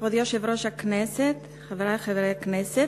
כבוד יושב-ראש הכנסת, חברי חברי הכנסת,